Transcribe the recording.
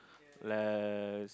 like